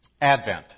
Advent